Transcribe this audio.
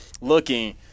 looking